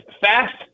fast